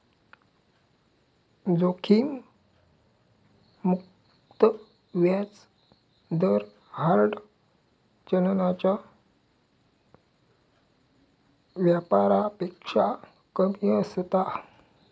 जोखिम मुक्त व्याज दर हार्ड चलनाच्या व्यापारापेक्षा कमी असता